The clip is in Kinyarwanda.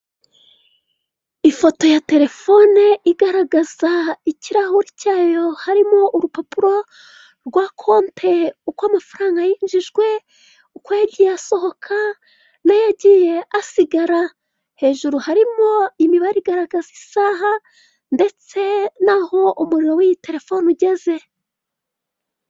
Ifoto ya telefone igaragaza ikirahuri cyayo harimo urupapuro rwa konte uko amafaranga yinjijwe, uko yagiye asohoka, n'ayagiye asigara. Hejuru harimo imibare igaragaza isaha, ndetse naho umuriro w'iyitelefone ugeze.